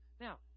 Now